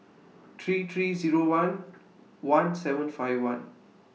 three three Zero one one seven five one